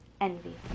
envy